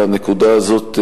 לנקודה הזאת,